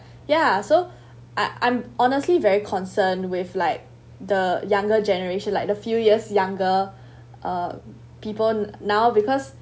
ya so I I'm honestly very concerned with like the younger generation like the few years younger uh people now because